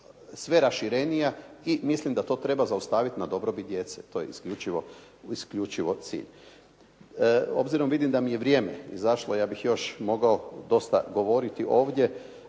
sve raširenija i mislim da to treba zaustavit na dobrobit djece. To je isključivo cilj. Obzirom vidim da mi je vrijeme izašlo, ja bih još mogao dosta govoriti ovdje,